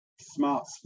smart